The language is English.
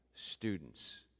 students